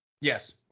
Yes